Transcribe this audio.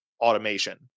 automation